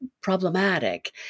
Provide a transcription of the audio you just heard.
problematic